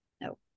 No